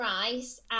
rice